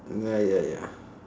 ya ya ya